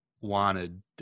wanted